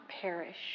perish